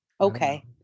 Okay